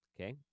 Okay